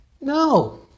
No